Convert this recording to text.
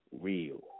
real